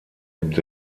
gibt